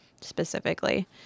specifically